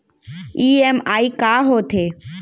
EMI का होथे?